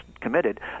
committed